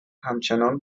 همچنان